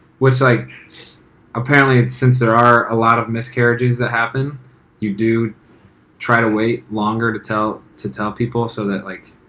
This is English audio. which like apparently since there are a lot of miscarriages that happen you do try to wait longer to tell to tell people so that like